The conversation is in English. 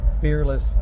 Fearless